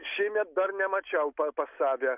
šiemet dar nemačiau pas save